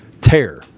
tear